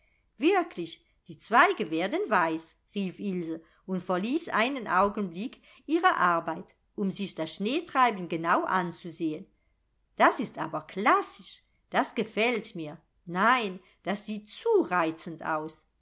wirklich die zweige werden weiß rief ilse und verließ einen augenblick ihre arbeit um sich das schneetreiben genau anzusehen das ist aber klassisch das gefällt mir nein das sieht zu reizend aus